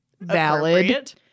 Valid